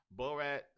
Borat